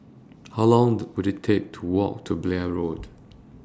How Long Will IT Take to Walk to Blair Road